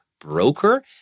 broker